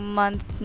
month